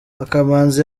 akamanzi